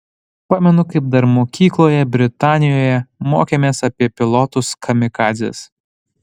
pamenu kaip dar mokykloje britanijoje mokėmės apie pilotus kamikadzes